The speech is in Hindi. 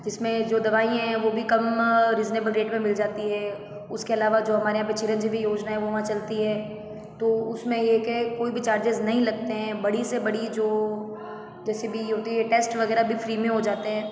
जिसमें जो दवाई हैं वो भी कम रीजनेबल रेट पर मिल जाती है उसके अलावा जो हमारे यहाँ पर चिरंजीवी योजना है वो वहाँ चलती है तो उसमें ये है के कोई भी चार्जेज नहीं लगते हैं बड़ी से बड़ी जो जैसे भी ये होती है टेस्ट वगैरह भी फ्री में हो जाते हैं